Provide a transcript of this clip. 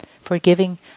Forgiving